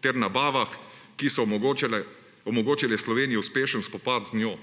ter nabavah, ki so omogočile Sloveniji uspešen spopad z njo.